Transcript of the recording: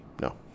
No